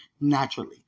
naturally